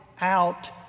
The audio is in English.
out